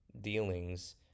dealings